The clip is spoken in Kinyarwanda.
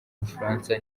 bufaransa